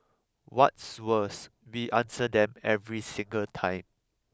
what's worse we answer them every single time